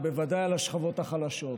בוודאי על השכבות החלשות.